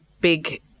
big